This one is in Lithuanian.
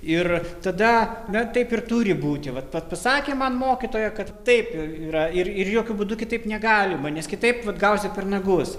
ir tada na taip ir turi būti vat pasakė man mokytoja kad taip ir yra ir jokiu būdu kitaip negalima nes kitaip vat gausi per nagus